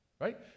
right